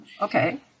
Okay